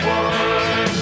one